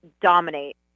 dominate